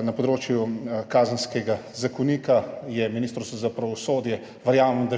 na področju Kazenskega zakonika Ministrstvo za pravosodje